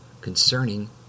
concerning